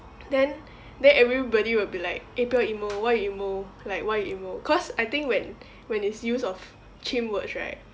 then then everybody will be like eh 不要 emo why you emo like why you emo cause I think when when it's use of chim words right